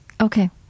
okay